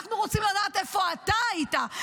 אנחנו רוצים לדעת איפה אתה היית,